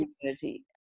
community